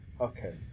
Okay